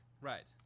Right